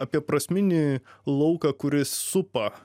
apie prasminį lauką kuris supa